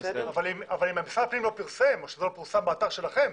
אבל אם משרד הפנים לא פרסם או שזה לא פורסם באתר שלכם,